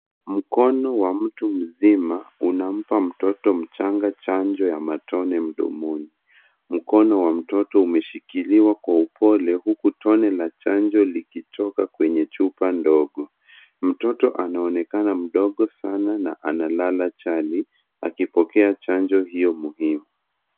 Mkono wa mtu mzima unampa mtoto mchanga chanjo ya matone mdomoni. Mkono wa mtoto umeshikiliwa kwa upole huku tone la chanjo likitoka kwenye chupa ndogo. Mtoto anaonekana mdogo sana na analala chali akipokea chanjo hiyo muhimu.